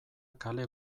kale